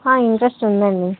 interest ఉందండి